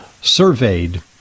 surveyed